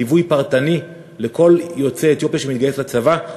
ליווי פרטני לכל יוצא אתיופיה שמתגייס לצבא.